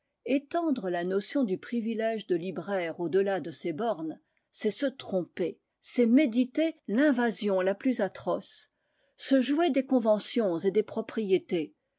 étendre la notion du privilège de libraire au-delà de ces bornes c'est se tromper c'est méditer l'invasion la plus atroce se jouer des conventions et des propriétés